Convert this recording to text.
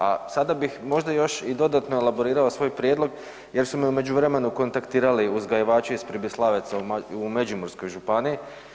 A sada bih možda još i dodatno elaborirao svoj prijedlog jer su me u međuvremenu kontaktirali uzgajivači iz Pribislavaca u Međimurskoj županiji.